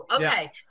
Okay